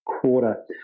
quarter